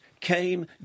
came